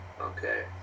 Okay